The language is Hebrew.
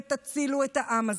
ותצילו את העם הזה.